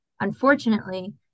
unfortunately